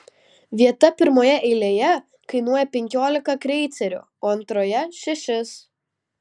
vieta pirmoje eilėje kainuoja penkiolika kreicerių o antroje šešis